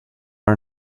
are